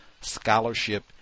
scholarship